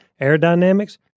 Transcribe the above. aerodynamics